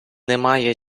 немає